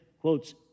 quotes